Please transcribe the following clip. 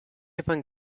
even